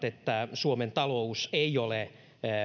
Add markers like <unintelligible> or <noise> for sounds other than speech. <unintelligible> että suomen talous ei ole